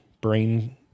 brain